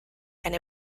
and